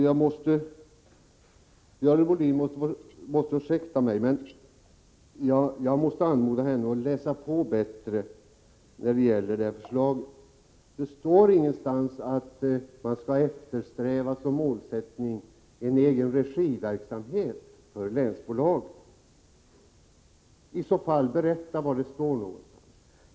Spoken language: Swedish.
Herr talman! Görel Bohlin får ursäkta mig, men jag måste anmoda henne att läsa på bättre i propositionen. Det står ingenstans att man skall ha som målsättning en egenregiverksamhet för länsbolagen. Om Görel Bohlin har hittat något sådant, berätta i så fall var det står någonstans.